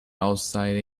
outside